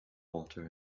water